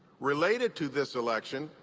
related to this election,